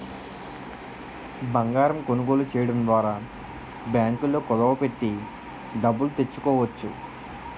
బంగారం కొనుగోలు చేయడం ద్వారా బ్యాంకుల్లో కుదువ పెట్టి డబ్బులు తెచ్చుకోవచ్చు